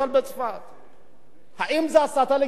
האם זו הסתה לגזענות, כן או לא?